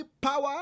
power